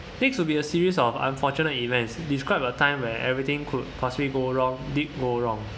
next will be the series of unfortunate events describe a time where everything could possibly go wrong did go wrong